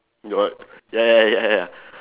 don't want ya ya ya ya